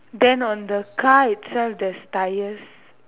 then on the car itself there's tyres